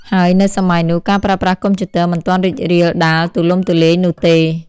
ហើយនៅសម័យនោះ ការប្រើប្រាស់កុំព្យូទ័រមិនទាន់រីករាលដាលទូលំទូលាយនោះទេ។